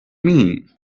mean